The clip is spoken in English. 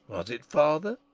was it father,